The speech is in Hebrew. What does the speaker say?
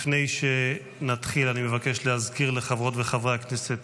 לפני שנתחיל אני מבקש להזכיר לחברות וחברי הכנסת